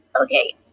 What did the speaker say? Okay